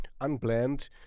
unplanned